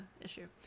issue